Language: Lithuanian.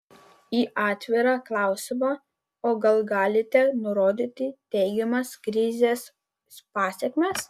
į atvirą klausimą o gal galite nurodyti teigiamas krizės pasekmes